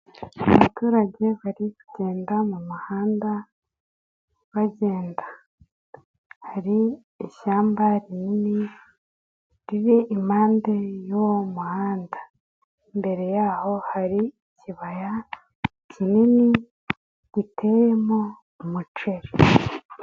Abaturage bari kugenda mu muhanda, bagenda, hari ishyamba rinini riri impande y'uwo muhanda, imbere yaho hari ikibaya kinini giteyemo umuceri.